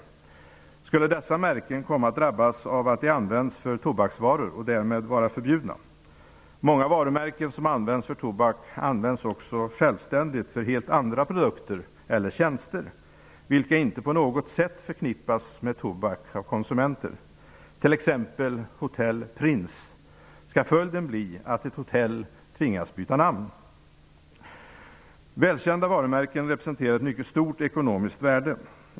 Skulle dessa märken komma att drabbas av att de används för tobaksvaror och därmed vara förbjudna? Många märken som används för tobak används också självständigt för helt andra produkter eller tjänster, vilka av konsumenter inte på något sätt förknippas med tobak, t.ex. Hotel Prince. Skall följden bli att ett hotell tvingas byta namn? Välkända varumärken representerar ett mycket stort ekonomiskt värde.